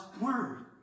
word